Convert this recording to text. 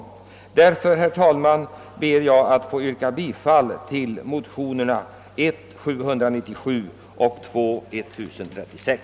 Jag ber, herr talman, att få yrka bifall till motionerna I: 797 och II: 1036.